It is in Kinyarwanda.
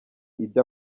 ibyo